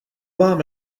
vám